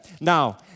Now